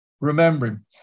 remembering